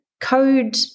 code